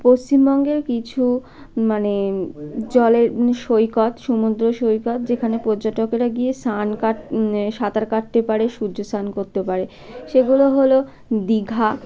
পশ্চিমবঙ্গের কিছু মানে জলের মানে সৈকত সমুদ্র সৈকত যেখানে পর্যটকরা গিয়ে স্নান কাটতে সাঁতার কাটতে পারে সূর্য স্নান করতে পারে সেগুলো হল দীঘা